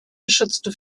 geschützte